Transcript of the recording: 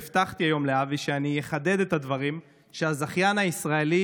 והבטחתי היום לאבי שאני אחדד את הדברים: הזכיין הישראלי